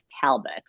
Talbot